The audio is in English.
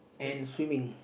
and swimming